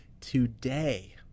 today